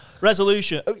resolution